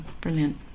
brilliant